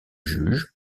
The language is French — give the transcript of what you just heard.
juge